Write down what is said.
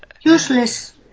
useless